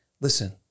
Listen